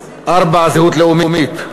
4. זהות לאומית.